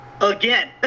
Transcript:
again